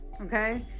okay